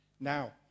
Now